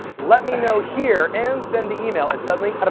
let me know here and send the email and suddenly